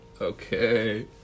Okay